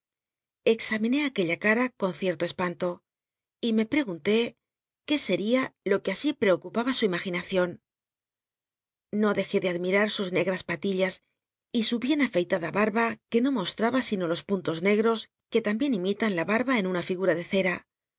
examiné aquella cam con cierto csj anto y me pregunté qué sel'ia lo que así preocupaba su imaginacion o dejé de admira sus ncgras patillas y su bien afeitada barba que no mostraba sino los puntos negos que tan bien imitan la bnrba en una figura de cra